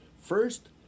First